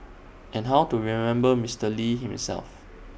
and how to remember Mister lee himself